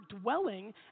dwelling